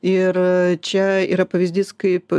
ir čia yra pavyzdys kaip